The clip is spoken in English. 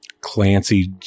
Clancy